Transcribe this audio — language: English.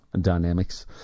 dynamics